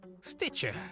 Stitcher